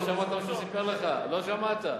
לא שמעת מה שהוא סיפר לך, לא שמעת.